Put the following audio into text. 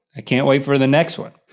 i can't wait for the next one.